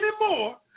anymore